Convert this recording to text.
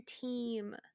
team